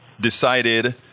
decided